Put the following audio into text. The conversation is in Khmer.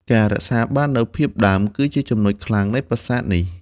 ការរក្សាបាននូវភាពដើម គឺជាចំណុចខ្លាំងនៃប្រាសាទនេះ។